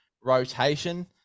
rotation